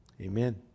Amen